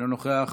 אינו נוכח,